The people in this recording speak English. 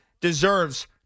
deserves